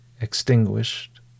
extinguished